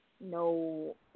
no